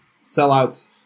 sellouts